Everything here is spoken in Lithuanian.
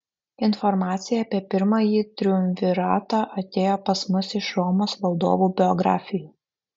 informacija apie pirmąjį triumviratą atėjo pas mus iš romos valdovų biografijų